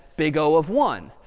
big o of one.